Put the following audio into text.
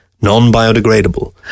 non-biodegradable